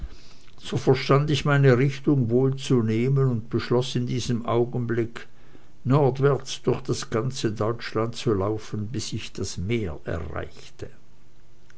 so verstand ich meine richtung wohl zu nehmen und beschloß in diesem augenblick nordwärts durch ganz deutschland zu laufen bis ich das meer erreichte